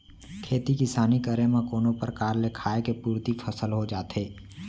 खेती किसानी करे म कोनो परकार ले खाय के पुरती फसल हो जाथे